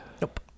Nope